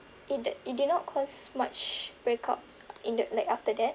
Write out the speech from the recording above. it did it did not cause much breakout in that like after that